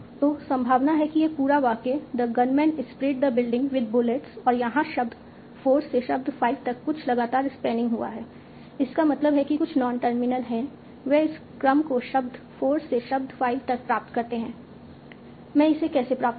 तो संभावना है कि यह पूरा वाक्य the gunman spread the building with bullets और यहां शब्द 4 से शब्द 5 तक कुछ लगातार स्पैनिंग हुआ है इसका मतलब है कि कुछ नॉन टर्मिनल हैं वे इस क्रम को शब्द 4 से शब्द 5 तक प्राप्त करते हैं मैं इसे कैसे प्राप्त करूं